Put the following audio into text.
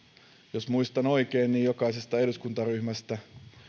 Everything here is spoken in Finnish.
jos muistan oikein jokaisesta eduskuntaryhmästä